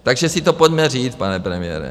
Takže si to pojďme říct, pane premiére.